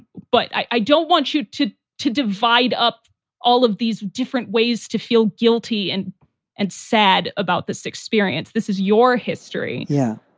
but i don't want you to to divide up all of these different ways to feel guilty and and sad about this experience. this is your history. yeah.